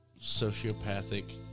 sociopathic